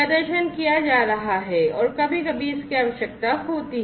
प्रदर्शन किया जा रहा है और कभी कभी इसकी आवश्यकता होती है